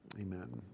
amen